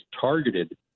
targeted